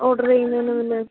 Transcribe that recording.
order ചെയ്യുന്നതിനു മുന്നെ